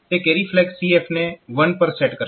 તે carry flag CF ને 1 પર સેટ કરશે